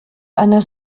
einer